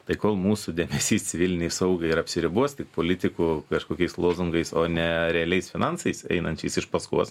tai kol mūsų dėmesys civilinei saugai ir apsiribos tik politikų kažkokiais lozungais o ne realiais finansais einančiais iš paskos